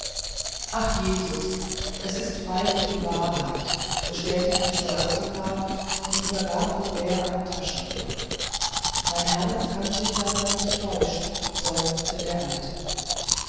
ach jesus es ist freilich die wahrheit bestätigte scholastica und übergab aubert eine taschenuhr mein herz kann sich nicht darin täuschen seufzte der alte